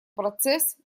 процесс